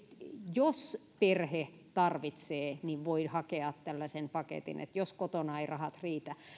jos perhe tarvitsee niin voi hakea tällaisen paketin jos kotona ei rahat riitä